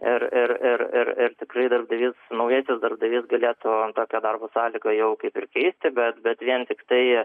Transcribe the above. ir ir ir ir tikrai darbdavys naujasis darbdavys galėtų tokio darbo sąlygai jau kaip ir keisti bet bet vien tiktai